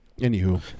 Anywho